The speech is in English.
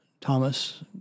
Thomas